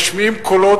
משמיעים קולות,